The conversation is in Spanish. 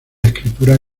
escritura